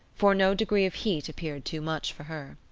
for no degree of heat appeared too much for her.